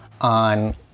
on